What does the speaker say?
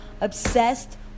obsessed